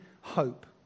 hope